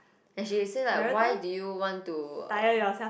and she say like why do you want to uh